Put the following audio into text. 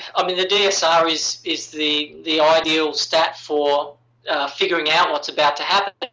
um the the dsr is is the the ideal stat for figuring out what's about to happen.